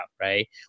right